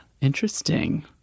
interesting